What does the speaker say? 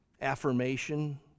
affirmation